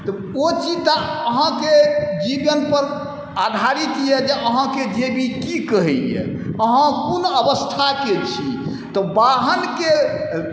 तऽ ओ चीज तऽ अहाँके जीवनपर आधारित अइ जे अहाँके जेबी कि कहैए अहाँ कोन अवस्थाके छी तऽ वाहनके